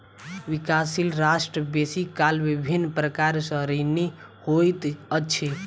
विकासशील राष्ट्र बेसी काल विभिन्न प्रकार सँ ऋणी होइत अछि